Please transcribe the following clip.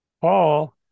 Paul